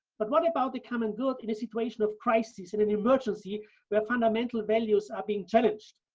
but what about the common good in a situation of crisis? in an emergency where fundamental values are being challenged.